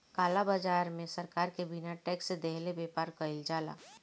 काला बाजार में सरकार के बिना टेक्स देहले व्यापार कईल जाला